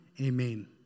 Amen